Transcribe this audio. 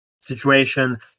situation